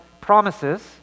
promises